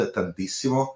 tantissimo